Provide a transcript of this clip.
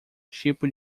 tipo